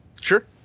Sure